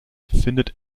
findet